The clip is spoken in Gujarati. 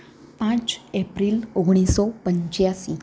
પાંચ એપ્રિલ ઓગણીસો પંચ્યાશી